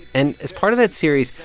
and as part of that series,